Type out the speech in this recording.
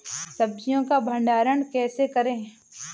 सब्जियों का भंडारण कैसे करें?